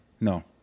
no